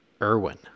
Irwin